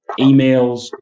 emails